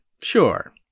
Sure